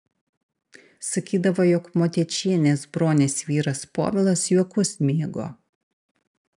sakydavo jog motiečienės bronės vyras povilas juokus mėgo